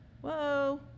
Whoa